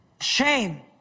Shame